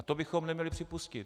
A to bychom neměli připustit.